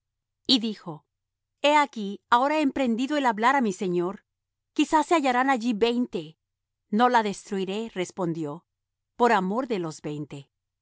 y dijo he aquí ahora que he emprendido el hablar á mi señor quizá se hallarán allí veinte no la destruiré respondió por amor de los veinte